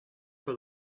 for